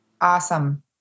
Awesome